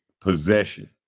possession